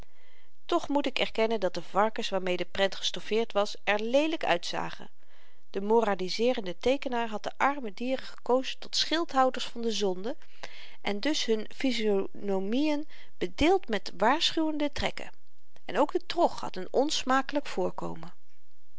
toch moet ik erkennen dat de varkens waarmee de prent gestoffeerd was er leelyk uitzagen de moralizeerende teekenaar had de arme dieren gekozen tot schildhouders van de zonde en dus hun physionomien bedeeld met waarschuwende trekken en ook de trog had n onsmakelyk voorkomen